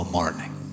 morning